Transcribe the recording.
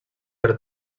per